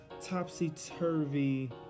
topsy-turvy